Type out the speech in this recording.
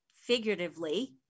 figuratively